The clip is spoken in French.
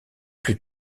plus